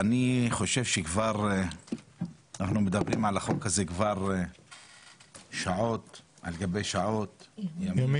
9 במרץ 2022. אנחנו דנים כעת בפניית יושב